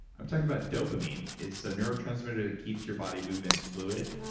i'm talking about dopamine. it's a neurotransmitter that keeps your body movements fluid.